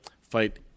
fight